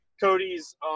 cody's